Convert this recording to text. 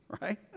right